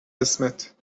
اسمت